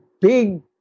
big